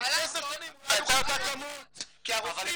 כי לפני 10 שנים לא היו -- אבל הם